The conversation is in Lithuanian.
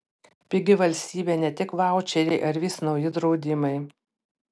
pigi valstybė ne tik vaučeriai ar vis nauji draudimai